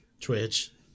Twitch